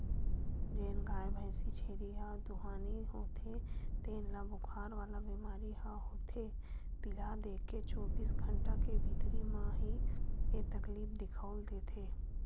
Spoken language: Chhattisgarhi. जेन गाय, भइसी, छेरी ह दुहानी होथे तेन ल बुखार वाला बेमारी ह होथे पिला देके चौबीस घंटा के भीतरी म ही ऐ तकलीफ दिखउल देथे